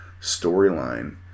storyline